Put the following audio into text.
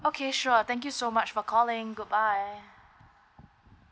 okay sure thank you so much for calling good bye